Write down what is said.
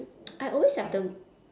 I always have the